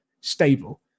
stable